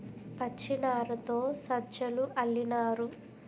పచ్చినారతో సజ్జలు అల్లినారు